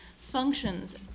functions